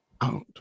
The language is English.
out